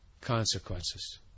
consequences